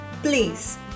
Please